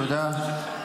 תודה.